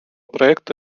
проекта